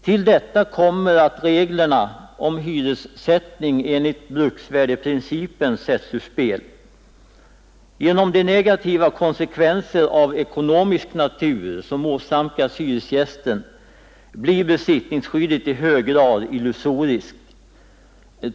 Till detta kommer att reglerna om hyressättning enligt bruksvärdesprincipen sätts ur spel. Genom de negativa konsekvenser av ekonomisk natur som åsamkas hyresgästen blir besittningsskyddet i hög grad illusoriskt.